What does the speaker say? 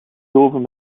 doven